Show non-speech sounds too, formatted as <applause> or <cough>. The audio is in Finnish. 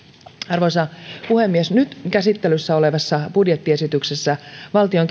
arvoisa puhemies nyt käsittelyssä olevassa budjettiesityksessä valtion <unintelligible>